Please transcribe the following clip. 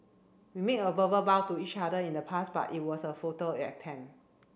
we made a verbal bow to each other in the past but it was a attempt